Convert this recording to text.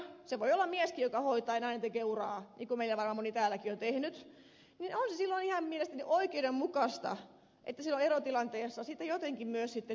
se voi olla mieskin joka hoitaa ja nainen tekee uraa niin kuin meillä varmaan moni täälläkin on tehnyt ja se on silloin ihan mielestäni oikeudenmukaista että silloin erotilanteessa sitä jotenkin myös sitten hyvitetään